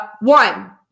One